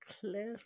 cliff